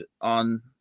on